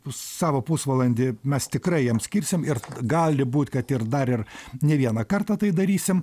savo pusvalandį mes tikrai jam skirsim ir gali būt kad ir dar ir ne vieną kartą tai darysim